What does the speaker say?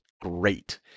great